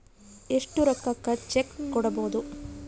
ಎಷ್ಟು ರೊಕ್ಕಕ ಚೆಕ್ಕು ಕೊಡುಬೊದು